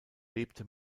lebte